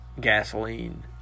gasoline